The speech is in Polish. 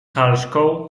halszką